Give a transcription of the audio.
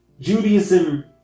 Judaism